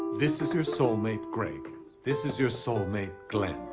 this is your soul mate, greg this is your soul mate, glenn.